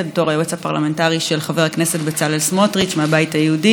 בתור היועץ הפרלמנטרי של חבר הכנסת בצלאל סמוטריץ מהבית היהודי,